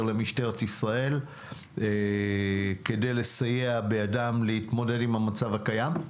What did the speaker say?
למשטרת ישראל כדי לסייע בידם להתמודד עם המצב הקיים.